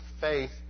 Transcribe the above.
faith